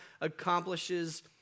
accomplishes